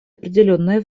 определенное